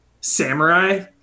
samurai